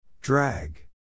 Drag